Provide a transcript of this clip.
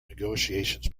negotiations